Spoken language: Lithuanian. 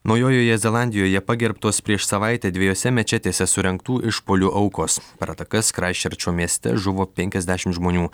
naujojoje zelandijoje pagerbtos prieš savaitę dviejose mečetėse surengtų išpuolių aukos per atakas kraistčerčo mieste žuvo penkiasdešimt žmonių